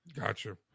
Gotcha